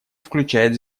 включает